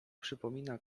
przypomina